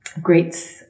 great